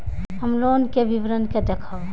हम लोन के विवरण के देखब?